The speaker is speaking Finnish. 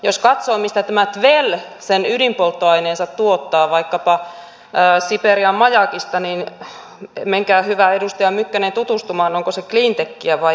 jos katsoo mistä tämä tvel sen ydinpolttoaineensa tuottaa vaikkapa siperian majakista niin menkää hyvä edustaja mykkänen tutustumaan onko se cleantechiä vai ei